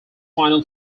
final